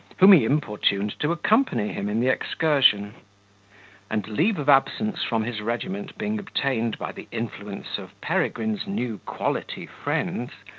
whom he importuned to accompany him in the excursion and leave of absence from his regiment being obtained by the influence of peregrine's new quality friends,